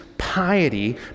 piety